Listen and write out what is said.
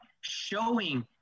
showing